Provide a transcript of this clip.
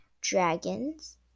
Dragons